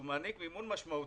שהוא מעניק מימון משמעותי,